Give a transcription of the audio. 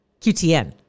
QTN